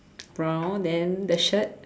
brown then the shirt